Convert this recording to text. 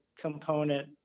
component